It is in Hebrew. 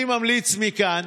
אני ממליץ מכאן